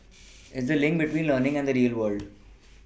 it's the link between learning and the real world